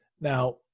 Now